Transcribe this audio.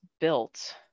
built